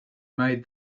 made